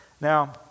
Now